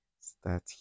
start